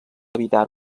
evitar